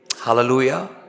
Hallelujah